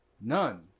none